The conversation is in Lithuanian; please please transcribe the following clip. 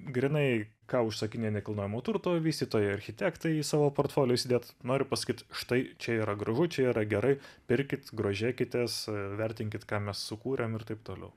grynai ką užsakinėja nekilnojamo turto vystytojai architektai į savo portfolio įsidėt noriu pasakyt štai čia yra gražu čia yra gerai pirkit grožėkitės vertinkit ką mes sukūrėm ir taip toliau